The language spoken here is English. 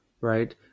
right